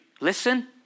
listen